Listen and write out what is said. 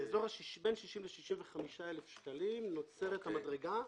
בין 60,000 ל-65,000 שקלים נוצרת המדרגה,